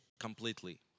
completely